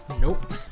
Nope